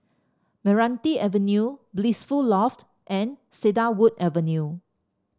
Meranti Avenue Blissful Loft and Cedarwood Avenue